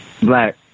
Black